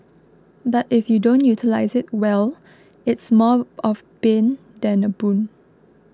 but if you don't utilise it well it's more of bane than a boon